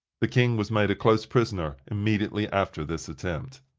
the king was made a close prisoner immediately after this attempt.